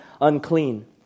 unclean